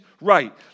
right